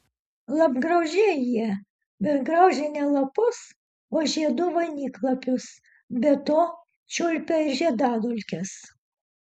lapgraužiai jie bet graužia ne lapus o žiedų vainiklapius be to čiulpia ir žiedadulkes